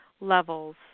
levels